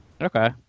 Okay